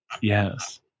Yes